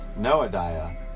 Noadiah